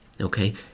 okay